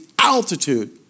altitude